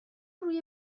روی